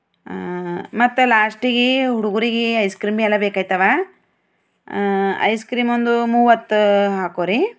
ಮತ್ತೆ ಲಾಸ್ಟಿಗೆ ಹುಡುಗರ್ಗೆ ಐಸ್ಕ್ರೀಮ್ ಎಲ್ಲ ಬೇಕಾಯ್ತವ ಐಸ್ಕ್ರೀಮ್ ಒಂದು ಮೂವತ್ತು ಹಾಕೊ ರಿ